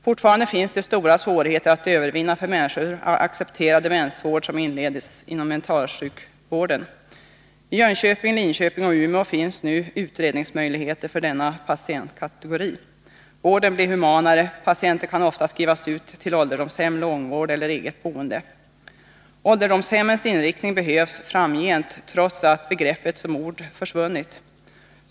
Fortfarande finns det stora svårigheter att övervinna för människor att acceptera demensvård som inleds inom mentalsjukvården. I Jönköping, Linköping och Umeå finns nu utredningsmöjligheter för denna patientkategori. Vården blir humanare, patienten kan ofta skrivas ut till ålderdomshem, långvård eller eget boende. Ålderdomshemmens inriktning behövs framgent, trots att begreppet som ord försvunnit.